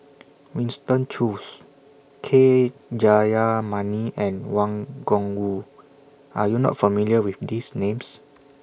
Winston Choos K Jayamani and Wang Gungwu Are YOU not familiar with These Names